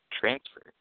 transfer